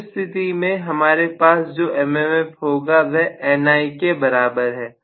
इस स्थिति में हमारे पास जो mmf होगा वह NI के बराबर है